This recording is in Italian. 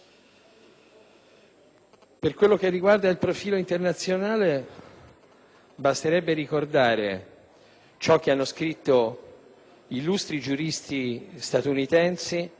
Per quello che riguarda il profilo internazionale, basterebbe ricordare ciò che hanno scritto illustri giuristi statunitensi